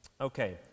Okay